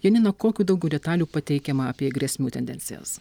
janina kokių daugiau detalių pateikiama apie grėsmių tendencijas